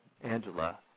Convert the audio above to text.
Angela